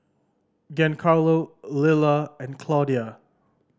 Giancarlo Lilla and Claudia